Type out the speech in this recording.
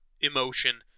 emotion